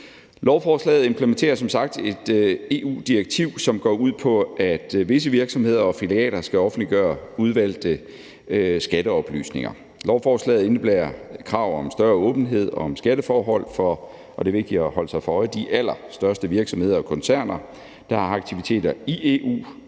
Lovforslaget implementerer som sagt et EU-direktiv, som går ud på, at visse virksomheder og filialer skal offentliggøre udvalgte skatteoplysninger. Lovforslaget indebærer krav om større åbenhed om skatteforhold for – og det er vigtigt at holde sig for øje – de allerstørste virksomheder og koncerner, der har aktiviteter i EU,